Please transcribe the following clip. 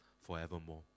forevermore